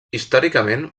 històricament